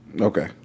Okay